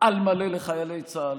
על מלא לחיילי צה"ל.